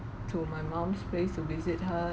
to my mom's place to visit her